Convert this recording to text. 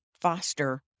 foster